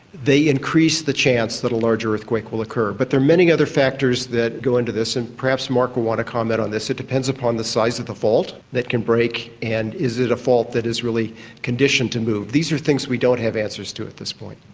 they increase the chance that a large earthquake will occur. but there are many other factors that go into this, and perhaps mark will want to comment on this. it depends upon the size of the fault that can break, and is it fault that is really conditioned to move? these are things we don't have answers to at this point.